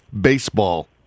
Baseball